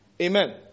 Amen